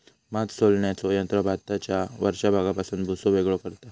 भात सोलण्याचा यंत्र भाताच्या वरच्या भागापासून भुसो वेगळो करता